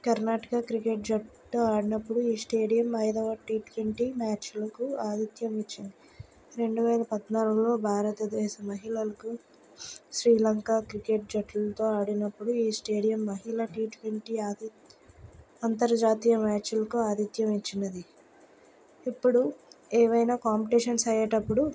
Karnataka cricket జట్టు ఆడినప్పుడు ఈ స్టేడియం ఐదవ టీ ట్వంటీ మ్యాచ్లకు ఆతిధ్యం ఇచ్చింది రెండువేల పద్నాలుగులో భారతదేశ మహిళలకు శ్రీలంక క్రికెట్ జట్టులతో ఆడినప్పుడు ఈ స్టేడియం మహిళా టీ ట్వంటీ ఆది అంతర్జాతీయ మ్యాచ్లకు ఆతిధ్యం ఇచ్చినది ఇప్పుడు ఏవైనా కాంపిటేషన్స్ అయ్యేటప్పుడు